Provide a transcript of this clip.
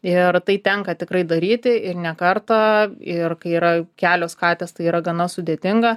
ir tai tenka tikrai daryti ir ne kartą ir kai yra kelios katės tai yra gana sudėtinga